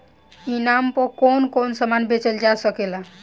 ई नाम पर कौन कौन समान बेचल जा सकेला?